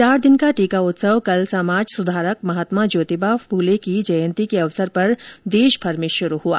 चार दिन का टीका उत्सव कल समाज सुधारक महात्मा ज्योतिबा फूले की जयंती के अवसर पर देशभर में शुरू हुआ